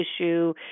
issue